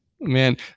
man